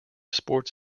sports